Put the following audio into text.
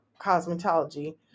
cosmetology